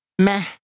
meh